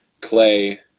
Clay